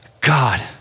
God